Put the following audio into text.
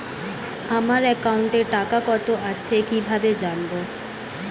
আমার একাউন্টে টাকা কত আছে কি ভাবে জানবো?